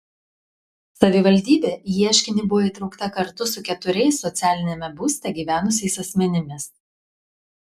savivaldybė į ieškinį buvo įtraukta kartu su keturiais socialiniame būste gyvenusiais asmenimis